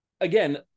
again